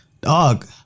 dog